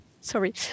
Sorry